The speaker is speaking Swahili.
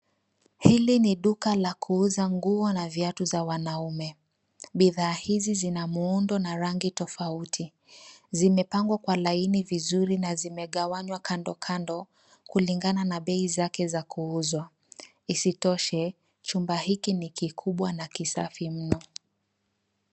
Hili ni duka la kuuza nguo na viatu za wanaume. Bidhaa hizi zina muundo na rangi tofauti. Zimepangwa kwa laini vizuri na zimegawanywa kando kando kulingana na bei zake za kuuzwa. Isitoshe chumba hiki ni kikubwa na kisafi mno.